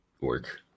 work